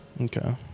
Okay